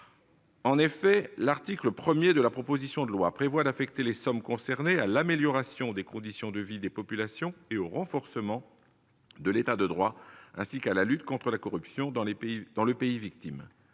Ainsi, l'article 1 de la proposition de loi prévoit d'affecter les sommes concernées à « l'amélioration des conditions de vie des populations et au renforcement de l'État de droit ainsi qu'à la lutte contre la corruption » dans le pays victime.